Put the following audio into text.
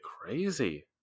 crazy